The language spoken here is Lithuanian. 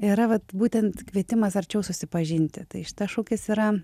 yra vat būtent kvietimas arčiau susipažinti tai šitas šūkis yra